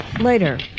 Later